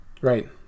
Right